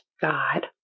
God